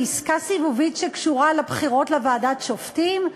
לעסקה סיבובית שקשורה לבחירות לוועדה לבחירת שופטים?